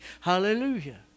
Hallelujah